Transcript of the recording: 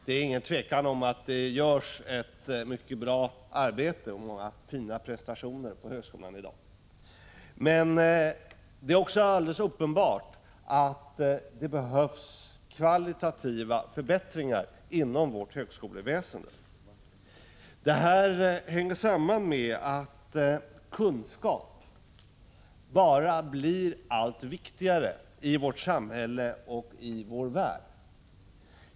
Det är inget tvivel om att det görs ett mycket bra arbete och många fina prestationer på högskolan i dag, men det är också helt uppenbart att det behövs kvalitativa förbättringar inom högskoleväsendet. Detta hänger samman med att kunskap bara blir allt viktigare i vårt samhälle och i vår värld.